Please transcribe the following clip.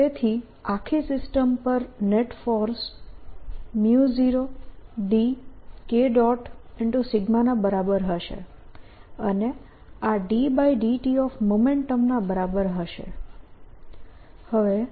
તેથી આખી સિસ્ટમ પર નેટ ફોર્સ 0 d K ના બરાબર હશે અને આ ddt ના બરાબર હશે